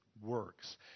works